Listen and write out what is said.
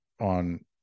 on